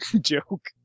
joke